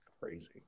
Crazy